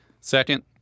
Second